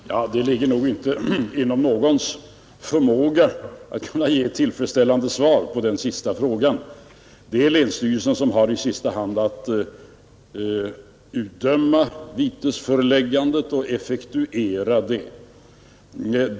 Herr talman! Det ligger nog inte inom någons förmåga att kunna ge ett tillfredsställande svar på den sista frågan. Det är länsstyrelsen som i sista hand har att utdöma vitesföreläggandet och effektuera det.